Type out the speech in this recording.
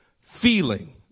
feeling